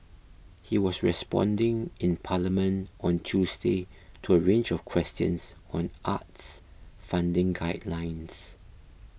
he was responding in Parliament on Tuesday to a range of questions on arts funding guidelines